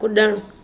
कुॾणु